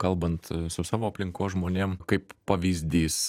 kalbant su savo aplinkos žmonėm kaip pavyzdys